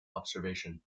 observation